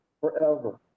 forever